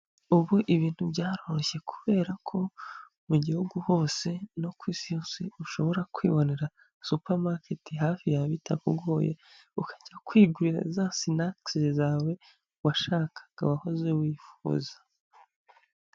Ubu ibintu byaroroshye, kubera ko mu gihugu hose no ku isi yose ushobora kwibonera supamaketi hafi yawe bitakugoye, ukajya kwigurira za sinakisi zawe washakaga, wahoze wifuza.